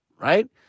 right